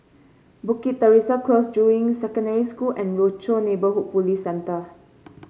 Bukit Teresa Close Juying Secondary School and Rochor Neighborhood Police Centre